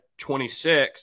26